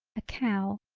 a cow,